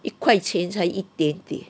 一块钱才一点点